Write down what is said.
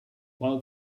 while